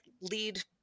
lead